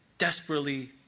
desperately